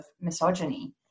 misogyny